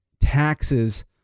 taxes